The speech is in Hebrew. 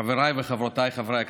חבריי וחברותיי חברי הכנסת,